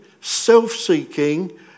self-seeking